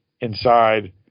inside